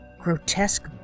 grotesque